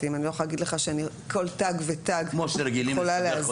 אני לא יכולה להגיד לך שאני כל תג ותג יכולה להסביר.